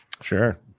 sure